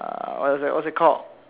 uh what that what's it called